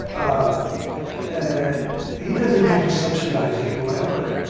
um and he doesn't have to subsidize evil ever,